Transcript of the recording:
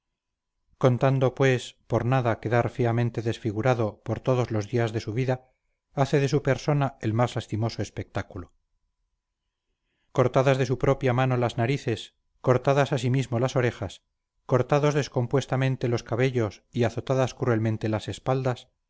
contando pues por nada quedar feamente desfigurado por todos los días de su vida hace de su persona el más lastimoso espectáculo cortadas de su propia mano las narices cortadas asimismo las orejas cortados descompuestamente los cabellos y azotadas cruelmente las espaldas